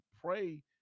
pray